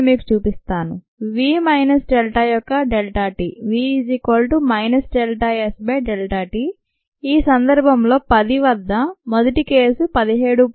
నేను మీకు చూపిస్తాను v మైనస్ డెల్టా యొక్క డెల్టా t v ∆S∆t ఈ సందర్భంలో 10 వద్ద మొదటి కేసు 17